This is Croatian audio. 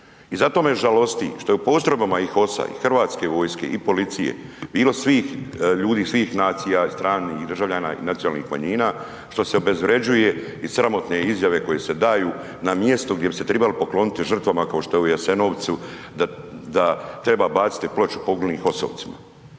i zato me žalosti što je u postrojbama i HOS-a i hrvatske vojske i policije bilo svih ljudi, svih nacija, stranih državljana i nacionalnih manjina, što se obezvrjeđuje i sramotne izjave koje se daju na mjestu gdje bi se trebali pokloniti žrtvama kao što je u Jasenovcu, da treba baciti ploču poginulim HOS-ovcima.